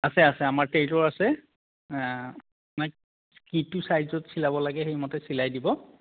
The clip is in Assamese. আছে আছে আমাৰ টেইলৰ আছে আপোনাক কিটো চাইজত চিলাব লাগে সেইমতে চিলাই দিব